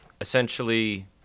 Essentially